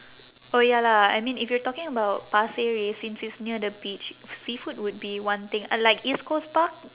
oh ya lah I mean if you're talking about pasir ris since it's near the beach seafood would be one thing uh like east coast park